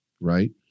right